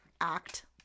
act